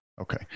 Okay